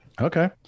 Okay